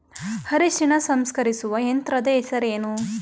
ಅರಿಶಿನ ಸಂಸ್ಕರಿಸುವ ಯಂತ್ರದ ಹೆಸರೇನು?